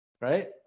Right